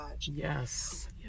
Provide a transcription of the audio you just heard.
Yes